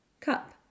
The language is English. cup